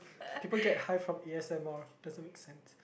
people get high from A_S_M_R doesn't make sense